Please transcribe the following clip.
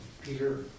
Peter